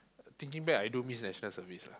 thinking back I don't miss National Service lah